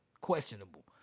questionable